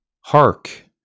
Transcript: hark